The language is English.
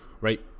right